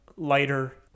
lighter